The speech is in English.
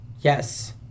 Yes